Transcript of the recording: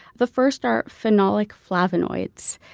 the first are phenolic flavonoids.